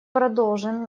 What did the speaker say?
продолжим